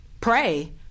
pray